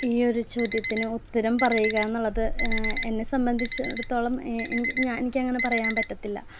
ഈയൊരു ചോദ്യത്തിന് ഉത്തരം പറയുക എന്നുള്ളത് എന്നെ സംബന്ധിച്ചെടുത്തോളം എനിക്ക് അങ്ങനെ പറയാൻ പറ്റത്തില്ല